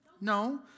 No